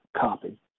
copy